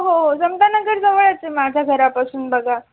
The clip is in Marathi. हो जमतानगर जवळचं आहे माझ्या घरापासून बघा